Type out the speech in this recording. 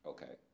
Okay